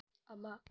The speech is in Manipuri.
ꯑꯃ